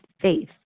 faith